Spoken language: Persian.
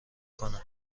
کنم